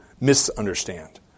misunderstand